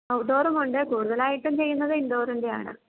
ഔട്ട്ഡോറും ഉണ്ട് കൂടുതലായിട്ടും ചെയ്യുന്നത് ഇൻഡോറിൻ്റെ ആണ്